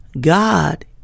God